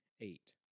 eight